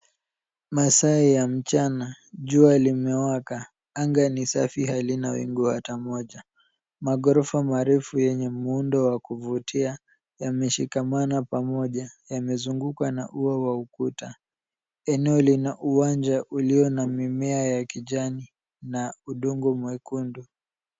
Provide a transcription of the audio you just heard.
Masaa ya mchana, jua limewaka, anga ni safi halina wingu hata moja. Maghorofa marefu yenye muundo wa kuvutia yameshikamana pamoja yamezungukwa na ua wa ukuta. Eneo lina uwanja uliona na mimea ya kijani na udongo mwekundu.